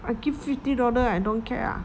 I give fifty dollar I don't care